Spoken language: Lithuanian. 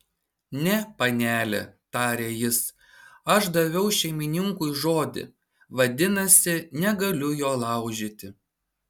ne panele tarė jis aš daviau šeimininkui žodį vadinasi negaliu jo laužyti